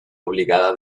obligada